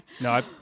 no